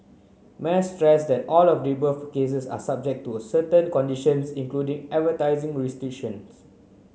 Mas stress that all of the above cases are subject to a certain conditions including advertising restrictions